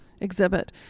exhibit